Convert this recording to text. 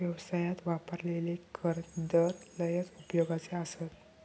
व्यवसायात वापरलेले कर दर लयच उपयोगाचे आसत